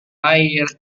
air